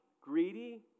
greedy